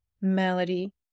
melody